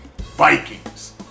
Vikings